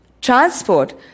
transport